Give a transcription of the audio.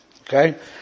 Okay